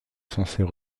censés